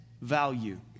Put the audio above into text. value